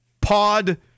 pod